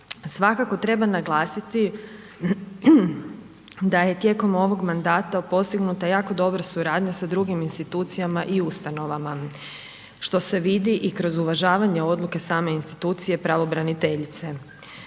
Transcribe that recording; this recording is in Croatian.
Svakako treba naglasiti da je tijekom ovog mandata postignuta jako dobra suradnja sa drugim institucijama i ustanovama, što se vidi i kroz uvažavanje odluke same institucije pravobraniteljice.